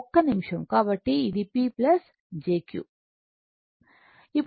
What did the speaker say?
ఒక్క నిమిషం కాబట్టి ఇది P jQ